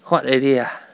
huat already ah